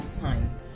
time